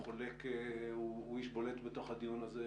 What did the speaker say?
הוא איש בולט בתוך הדיון הזה,